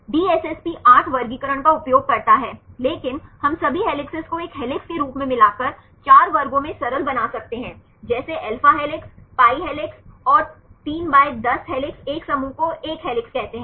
DSSP 8 वर्गीकरण का उपयोग करता है लेकिन हम सभी हेलिसेस को एक हेलिक्स के रूप में मिलाकर 4 वर्गों में सरल बना सकते हैं जैसे अल्फा हेलिसेस pi हेलिसेस और 310 हेलिसेस एक समूह को एक हेलिक्स कहते हैं